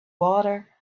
water